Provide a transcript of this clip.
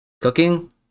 cooking